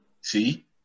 see